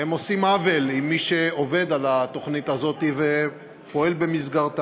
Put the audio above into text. והם עושים עוול עם מי שעובד על התוכנית הזאת ופועל במסגרתה.